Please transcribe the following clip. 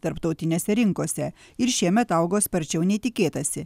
tarptautinėse rinkose ir šiemet augo sparčiau nei tikėtasi